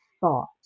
thought